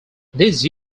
these